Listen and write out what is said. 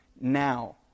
now